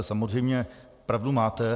Samozřejmě pravdu máte.